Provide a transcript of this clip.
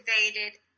activated